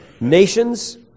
Nations